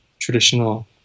traditional